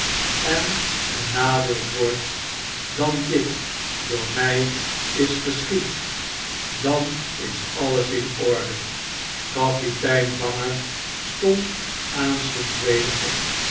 en benadeeld wordt dan dit door my is geschied dan is alles in orde kapitein banger stond aanstonds weder op